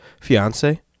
fiance